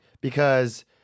because-